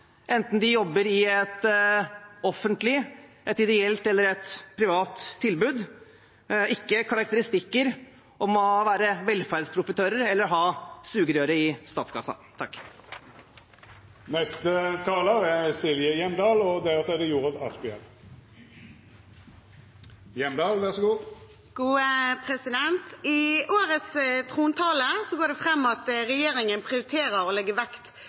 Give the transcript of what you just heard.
enten de jobber i et offentlig, et ideelt eller et privat tilbud – ikke karakteristikker om at de er velferdsprofitører, eller at de har sugerøret i statskassen. I årets trontale går det fram at regjeringen prioriterer og legger vekt på bedre oppvekstsvilkår for utsatte barn og unge. Som barnas stortingsrepresentant fra Fremskrittspartiet synes jeg at det